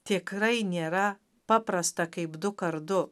tikrai nėra paprasta kaip dukart du